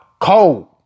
cold